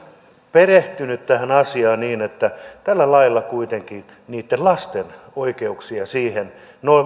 perehtynyt tähän asiaan niin kun tällä lailla kuitenkin niitten lasten oikeuksia siihen